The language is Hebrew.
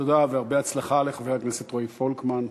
תודה והרבה הצלחה לחבר הכנסת רועי פולקמן.